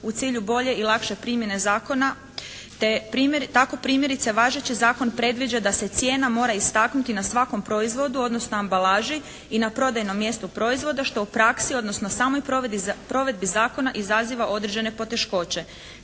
u cilju bolje i lakše primjene zakona te tako primjerice važeći zakon predviđa da se cijena mora istaknuti na svakom proizvodu, odnosno ambalaži i na prodajnom mjestu proizvoda što u praksi, odnosno samoj provedbi zakona izaziva određene poteškoće.